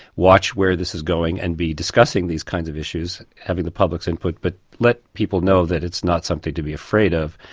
watch where this is going and be discussing these kinds of issues, having the public's input, but let people know that it's not something to be afraid of.